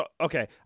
okay